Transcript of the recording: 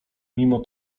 mimo